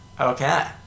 Okay